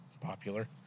popular